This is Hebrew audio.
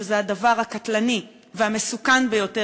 שזה הדבר הקטלני והמסוכן ביותר,